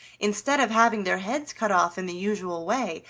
instead of having their heads cut off in the usual way,